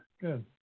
good